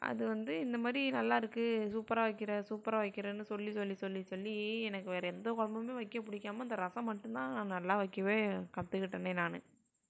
அது வந்து இந்த மாதிரி நல்லா இருக்குது சூப்பராக வைக்கிறே சூப்பராக வைக்கிறேனு சொல்லி சொல்லி சொல்லி சொல்லி எனக்கு வேறு எந்த குழம்புமே வைக்க பிடிக்காம இந்த ரசம் மட்டும் தான் நான் நல்லா வைக்கவே கற்றுக்கிட்டனே நான்